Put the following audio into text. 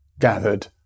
gathered